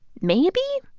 maybe.